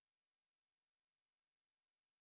Adam West Batman who